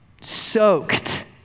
soaked